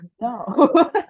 no